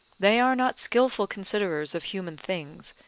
they are not skilful considerers of human things,